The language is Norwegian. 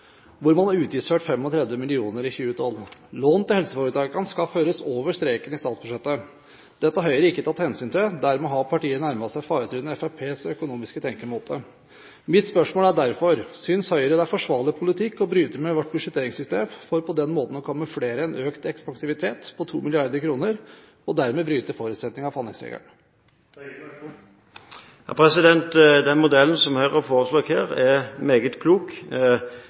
hvor man har utgiftsført 35 mill. kr i 2012. Lån til helseforetakene skal føres over streken i statsbudsjettet. Dette har Høyre ikke tatt hensyn til. Dermed har partiet nærmet seg faretruende Fremskrittspartiets økonomiske tenkemåte. Mitt spørsmål er derfor: Synes Høyre det er forsvarlig politikk å bryte med vårt budsjetteringssystem for på den måten å kamuflere en økt ekspansivitet på 2 mrd. kr og dermed bryte forutsetningen for handlingsregelen? Den modellen som Høyre foreslår her, er meget klok.